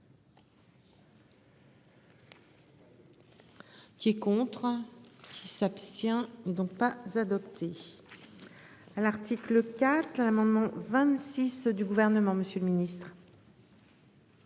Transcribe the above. Qui est contre. Qui s'abstient donc pas adopté. À l'article 4 l'amendement. Du gouvernement, monsieur le ministre.